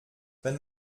wenn